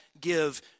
give